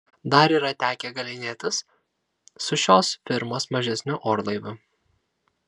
dar yra tekę galynėtis su šios firmos mažesniu orlaiviu